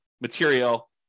material